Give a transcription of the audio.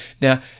Now